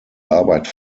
arbeit